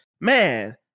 man